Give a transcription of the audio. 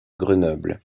grenoble